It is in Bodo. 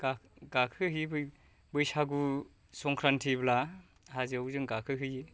गाखौहैयो बैसागु संक्रानतिब्ला हाजोआव जों गाखोहैयो